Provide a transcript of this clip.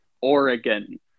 Oregon